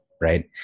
right